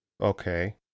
Okay